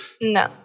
No